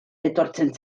etortzen